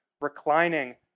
reclining